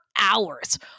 hours